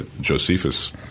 Josephus